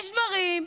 יש דברים,